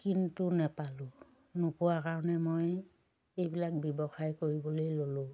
কিন্তু নাপালোঁ নোপোৱাৰ কাৰণে মই এইবিলাক ব্যৱসায় কৰিবলৈ ল'লোঁ